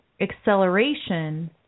acceleration